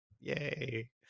yay